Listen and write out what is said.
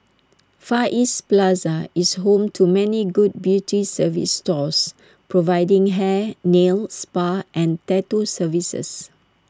far east plaza is home to many good beauty service stores providing hair nail spa and tattoo services